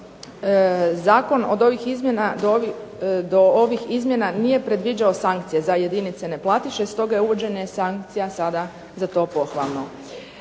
Osim toga zakon do ovih izmjena nije predviđao sankcije za jedinice neplatiše stoga je uvođenje sankcija sada za to pohvalno.